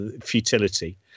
futility